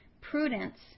Prudence